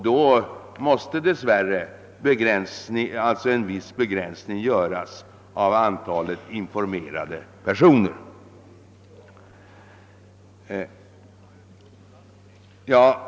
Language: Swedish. Då måste dess värre medan förhandlingarna pågår en viss begränsning göras av antalet informerade personer.